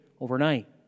overnight